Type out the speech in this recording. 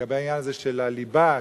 לגבי העניין הזה של הליבה,